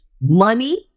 money